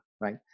right